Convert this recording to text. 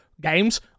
games